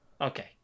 Okay